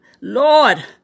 Lord